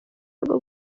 rwo